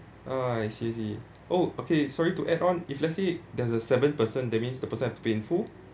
ah I see I see oh okay sorry to add on if let's say there's a seventh person that means the person has to pay in full